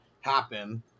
happen